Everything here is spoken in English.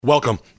Welcome